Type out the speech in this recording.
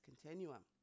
continuum